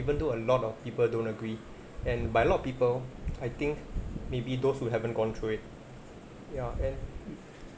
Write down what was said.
even though a lot of people don't agree and but a lot of people I think maybe those who haven't gone through it ya and